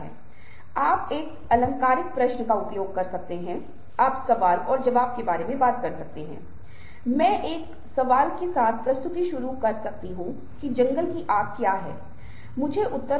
जिस तरह से यह हमें उस तरीके से हेरफेर करता है जिस तरह से हम इसे हेरफेर करते हैं और जिस तरह से यह संचार को प्रभावित करता है विशेष रूप से प्रेरक संचार जो कि आज की ज़रुरत है